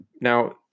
Now